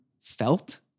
felt